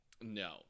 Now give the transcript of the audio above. No